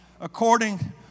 according